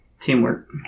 Teamwork